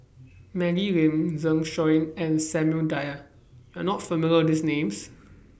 Maggie Lim Zeng Shouyin and Samuel Dyer YOU Are not familiar with These Names